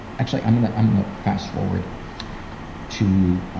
actually, i'm gonna, i'm gonna fast-forward to,